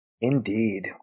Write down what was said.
Indeed